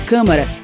Câmara